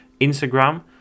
Instagram